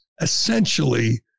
essentially